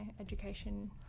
education